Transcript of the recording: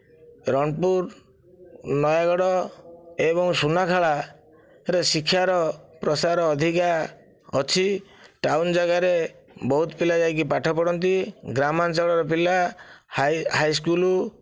ରଣପୁର ନୟାଗଡ଼ ଏବଂ ସୁନାଖେଳାରେ ଶିକ୍ଷାର ପ୍ରସାର ଅଧିକ ଅଛି ଟାଉନ୍ ଜାଗାରେ ବହୁତ ପିଲା ଯାଇକି ପାଠ ପଢ଼ନ୍ତି ଗ୍ରାମାଞ୍ଚଳ ପିଲା ହାଇ ହାଇସ୍କୁଲ